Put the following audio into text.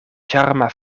ĉarma